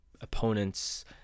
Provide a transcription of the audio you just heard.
opponents